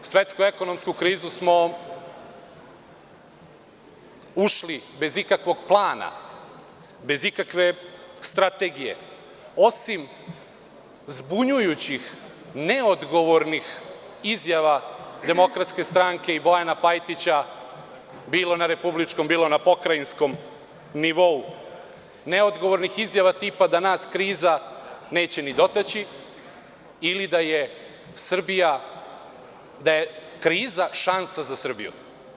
U svetsku ekonomsku krizu smo ušli bez ikakvog plana, bez ikakve strategije, osim zbunjujućih, neodgovornih izjava DS i Bojana Pajkića, bilo na republičkom, bilo na pokrajinskom nivou, neodgovornih izjava tipa da nas kriza neće ni dotaći ili da je kriza šansa za Srbiju.